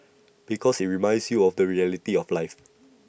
because IT reminds you of the reality of life